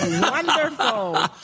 wonderful